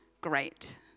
great